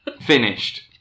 finished